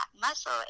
muscle